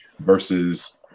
versus